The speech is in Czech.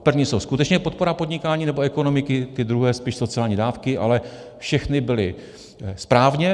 První jsou skutečně podpora podnikání nebo ekonomiky, ty druhé spíš sociální dávky, ale všechny byly správně.